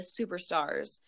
superstars